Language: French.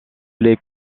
les